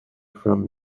from